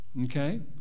Okay